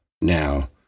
now